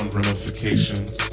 ramifications